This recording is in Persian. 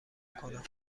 کنم